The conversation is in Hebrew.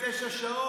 זו גמרא?